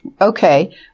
Okay